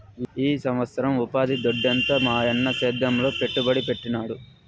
ఈ సంవత్సరం ఉపాధి దొడ్డెంత మాయన్న సేద్యంలో పెట్టుబడి పెట్టినాడు